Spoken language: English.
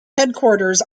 headquarters